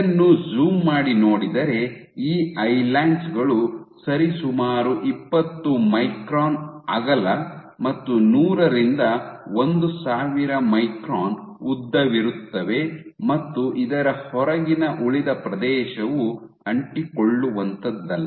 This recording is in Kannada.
ಇದನ್ನು ಜೂಮ್ ಮಾಡಿ ನೋಡಿದರೆ ಈ ಐಲ್ಯಾಂಡ್ ಗಳು ಸರಿಸುಮಾರು ಇಪ್ಪತ್ತು ಮೈಕ್ರಾನ್ ಅಗಲ ಮತ್ತು ನೂರರಿಂದ ಒಂದು ಸಾವಿರ ಮೈಕ್ರಾನ್ ಉದ್ದವಿರುತ್ತವೆ ಮತ್ತು ಇದರ ಹೊರಗಿನ ಉಳಿದ ಪ್ರದೇಶವು ಅಂಟಿಕೊಳ್ಳುವಂಥಹುದಲ್ಲ